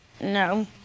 No